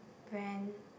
brand